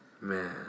Man